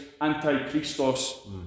anti-Christos